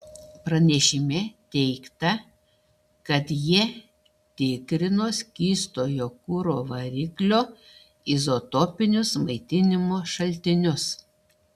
pranešime teigta kad jie tikrino skystojo kuro variklio izotopinius maitinimo šaltinius